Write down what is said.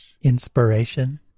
inspiration